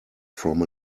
from